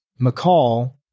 McCall